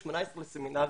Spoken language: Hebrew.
18-17 לסמינרים,